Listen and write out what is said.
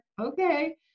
Okay